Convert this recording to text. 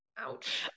Ouch